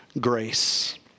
grace